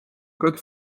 code